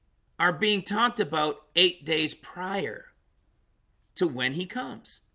are being talked about eight days prior to when he comes